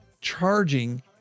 charging